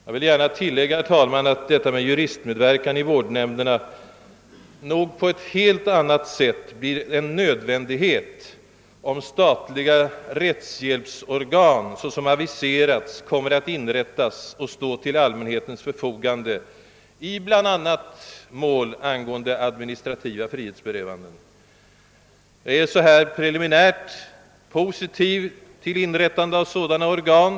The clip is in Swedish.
Jag vill gärna tillägga, herr talman, att detta med juristmedverkan i vårdnämnderna nog på ett helt annat sätt blir en nödvändighet, om statliga rättshjälpsorgan, såsom aviserats, kommer att inrättas och stå till allmänhetens förfogande i bl.a. mål angående administrativa frihetsberövanden. Jag är, så här preliminärt, positiv till inrättandet av sådana organ.